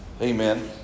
Amen